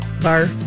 Bar